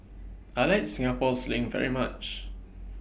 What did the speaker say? I like Singapore Sling very much